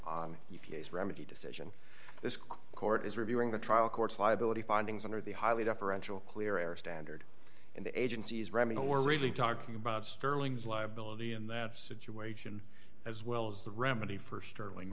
s remedy decision this court is reviewing the trial court's liability findings under the highly deferential clear air standard in the agency's ramiele we're really talking about sterling's liability in that situation as well as the remedy for sterling